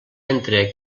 entre